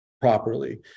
properly